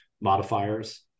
modifiers